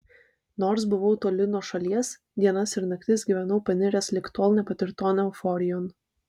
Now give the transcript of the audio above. nors buvau toli nuo šalies dienas ir naktis gyvenau paniręs lig tol nepatirton euforijon